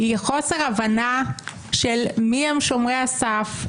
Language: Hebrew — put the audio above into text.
היא חוסר הבנה מי הם שומרי הסף,